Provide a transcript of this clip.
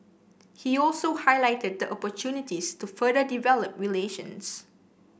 he also highlighted the opportunities to further develop relations